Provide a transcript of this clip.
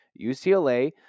UCLA